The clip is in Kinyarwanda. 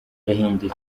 yahimbye